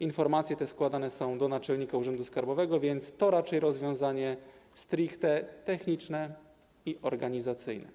informacje te składane są do naczelnika urzędu skarbowego, więc jest to rozwiązanie raczej stricte techniczne i organizacyjne.